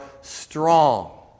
strong